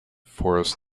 forest